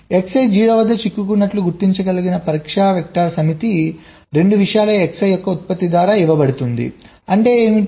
Xi 0 వద్ద చిక్కుకున్నట్లు గుర్తించగల పరీక్ష వెక్టర్స్ సమితి 2 విషయాల Xi యొక్క ఉత్పత్తి ద్వారా ఇవ్వబడుతుంది అంటే ఏమిటి